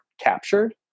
captured